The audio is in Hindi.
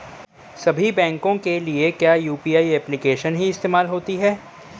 सभी बैंकों के लिए क्या यू.पी.आई एप्लिकेशन ही इस्तेमाल होती है?